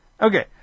Okay